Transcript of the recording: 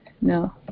No